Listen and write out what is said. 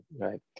right